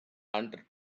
and